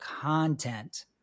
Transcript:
content